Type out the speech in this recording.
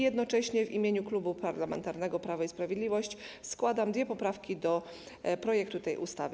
Jednocześnie w imieniu Klubu Parlamentarnego Prawo i Sprawiedliwość składam dwie poprawki do projektu tej ustawy.